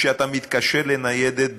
כשאתה מתקשר לניידת,